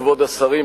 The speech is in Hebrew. כבוד השרים,